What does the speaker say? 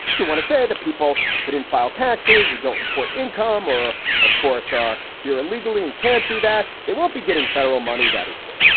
want to say that people who did file taxes or don't report income or of course, are here illegally and can't do that, they won't be getting federal money? that is true.